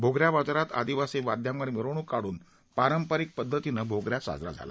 भोगऱ्या बाजारात आदिवासी वाद्यांवर मिरवणूक काढून पारंपरिक पदधतीनं भोगऱ्या साजरा झाला